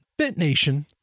BitNation